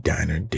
Diner